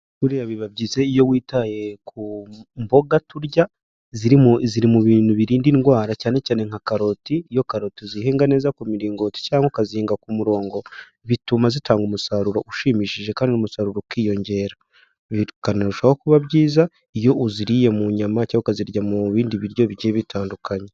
Buriya biba byiza iyo witaye ku mboga turya, ziri mubintu birinda indwara cyane cyane nka karoti, iyo karoto zihinze neza kumiringoti cyangwa ukazihinga ku murongo bituma zitanga umusaruro ushimishije, kandi umusaruro ukiyongera ibi bikanarushaho kuba byiza iyo uziriye mu nyama cyangwa ukazirya mu bindi biryo bigiye bitandukanye.